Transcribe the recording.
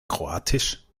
kroatisch